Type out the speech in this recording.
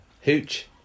Hooch